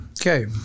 Okay